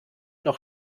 noch